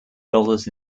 dollars